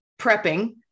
prepping